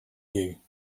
you